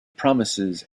promises